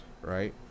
right